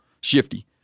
shifty